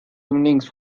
evenings